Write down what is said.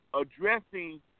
addressing